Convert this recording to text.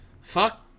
fuck